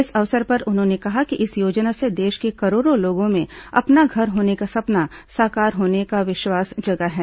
इस अवसर पर उन्होंने कहा कि इस योजना से देश के करोड़ों लोगों में अपना घर होने का सपना साकार होने का विश्वास जगा है